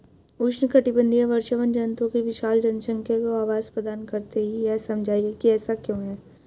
उष्णकटिबंधीय वर्षावन जंतुओं की विशाल जनसंख्या को आवास प्रदान करते हैं यह समझाइए कि ऐसा क्यों है?